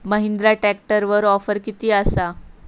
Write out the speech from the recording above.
महिंद्रा ट्रॅकटरवर ऑफर किती आसा?